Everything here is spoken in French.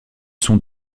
sont